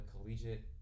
collegiate